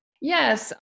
Yes